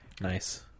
nice